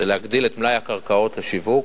זה להגדיל את מלאי הקרקעות לשיווק,